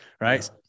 right